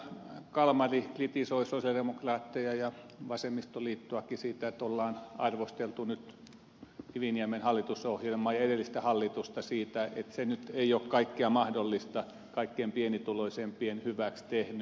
kalmari kritisoi sosialidemokraatteja ja vasemmistoliittoakin siitä että olemme arvostelleet nyt kiviniemen hallitusohjelmaa ja edellistä hallitusta siitä että se nyt ei ole kaikkea mahdollista kaikkein pienituloisimpien hyväksi tehnyt